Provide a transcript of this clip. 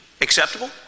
acceptable